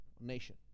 nation